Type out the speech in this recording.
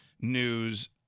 News